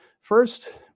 First